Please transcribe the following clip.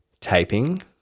taping